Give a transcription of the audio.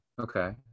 okay